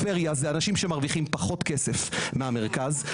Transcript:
אנשים מרוויחים פחות כסף מבמרכז,